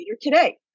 today